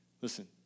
Listen